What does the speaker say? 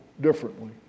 differently